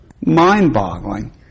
mind-boggling